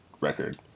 record